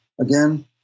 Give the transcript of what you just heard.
Again